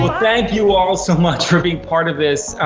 thank you all so much for being part of this.